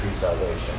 salvation